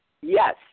Yes